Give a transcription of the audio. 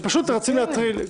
פשוט רוצים להטריל.